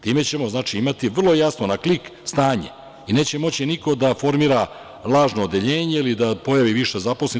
Time ćemo imati vrlo jasno na klik stanje i neće moći niko da formira lažno odeljenje ili da se pojavi više zaposlenih.